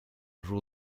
jour